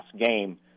game